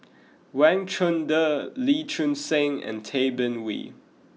Wang Chunde Lee Choon Seng and Tay Bin Wee